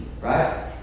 right